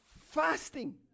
fasting